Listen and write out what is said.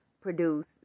produce